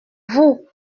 vous